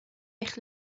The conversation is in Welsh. eich